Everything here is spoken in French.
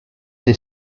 des